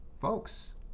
folks